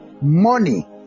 Money